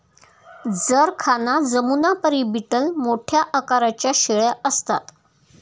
जरखाना जमुनापरी बीटल मोठ्या आकाराच्या शेळ्या असतात